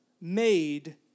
made